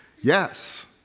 Yes